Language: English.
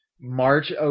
March